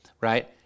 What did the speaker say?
right